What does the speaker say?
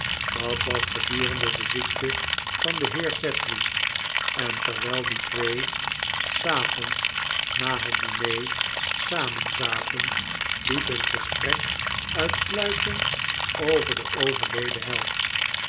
dat was gedurende de ziekte van den heer sedley en terwijl die twee s avonds na het diner samen zaten liep hun gesprek uitsluitend over den overleden held